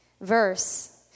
verse